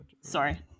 Sorry